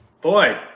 Boy